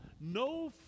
no